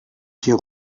hier